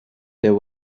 there